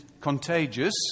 contagious